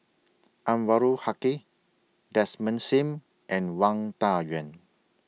Anwarul Haque Desmond SIM and Wang Dayuan